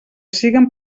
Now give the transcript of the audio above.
siguen